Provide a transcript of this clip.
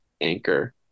anchor